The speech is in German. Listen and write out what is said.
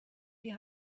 die